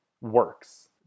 works